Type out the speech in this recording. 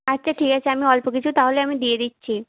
আচ্ছা ঠিক আছে আমি অল্প কিছু তাহলে আমি দিয়ে দিচ্ছি